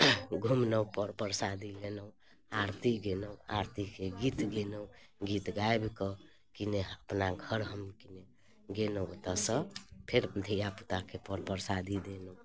घुमलहुँ पर परसादी लेलहुँ आरती गेलहुँ आरतीके गीत गेलहुँ गीत गाबिकऽ कि ने अपना घर हम कि ने गेलहुँ ओतऽसँ फेर धिआपुताके पर परसादी देलहुँ